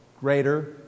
greater